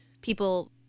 people